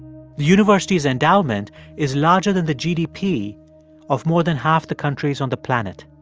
university's endowment is larger than the gdp of more than half the countries on the planet.